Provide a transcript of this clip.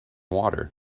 water